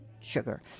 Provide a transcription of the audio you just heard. sugar